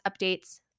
updates